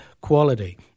quality